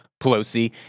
Pelosi